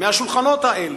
מהשולחנות האלה,